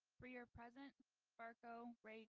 three are present barko, rakes,